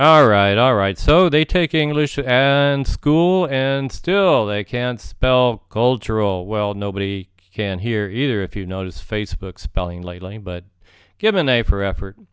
all right all right so they take english and school and still they can't spell cultural well nobody can hear either if you notice facebook spelling lately but given a for effort